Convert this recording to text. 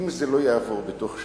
אם זה לא יעבור בתוך שנה,